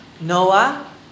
Noah